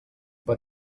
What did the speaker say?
but